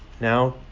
Now